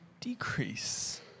decrease